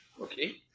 Okay